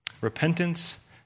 Repentance